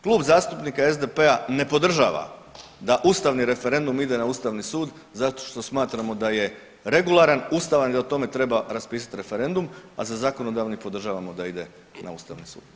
Klub zastupnika SDP-a ne podržava da ustavni referendum ide na Ustavni sud zato što smatramo da je regularan, ustavan i da o tome treba raspisati referendum, a za zakonodavni podržavamo da ide na Ustavni sud.